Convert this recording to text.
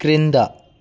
క్రింద